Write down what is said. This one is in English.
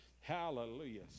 Hallelujah